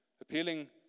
appealing